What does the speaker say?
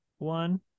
One